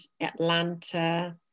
Atlanta